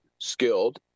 skilled